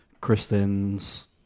Kristen's